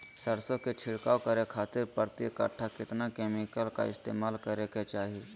सरसों के छिड़काव करे खातिर प्रति कट्ठा कितना केमिकल का इस्तेमाल करे के चाही?